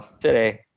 today